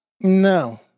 No